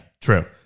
True